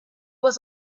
was